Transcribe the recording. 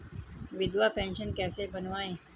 विधवा पेंशन कैसे बनवायें?